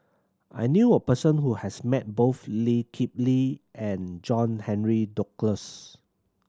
I knew a person who has met both Lee Kip Lee and John Henry Duclos